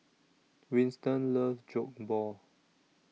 Winston loves Jokbal